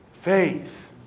faith